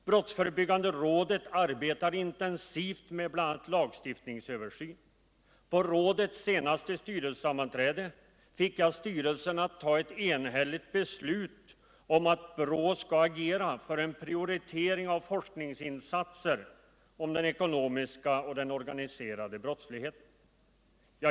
Brottsförebyggande rådet arbetar f.n. intensivt med bl.a. lagstiftningsöversyn. På rådets senaste styrelsesammanträde fick jag styrelsen att ta ett enhälligt beslut om att rådet skall agera för en prioritering av forskningsinsatser om den ekonomiska och organiserade brottsligheten.